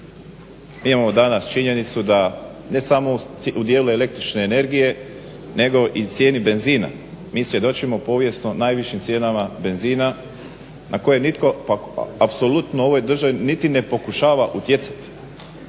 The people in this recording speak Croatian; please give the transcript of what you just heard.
mi imamo danas činjenicu da ne samo u dijelu električne energije nego i cijeni benzina, mi svjedočimo povijesno najvišim cijenama benzina na koje nitko pa apsolutno u ovoj državi niti ne pokuša utjecati.